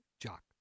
jock